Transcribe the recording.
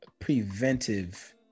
preventive